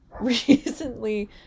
recently